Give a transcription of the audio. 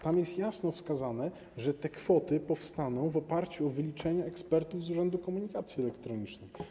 Tam jest jasno wskazane, że te kwoty zostaną ustalone w oparciu o wyliczenia ekspertów z Urzędu Komunikacji Elektronicznej.